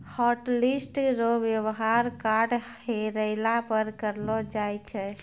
hotlist रो वेवहार card हेरैला पर करलो जाय छै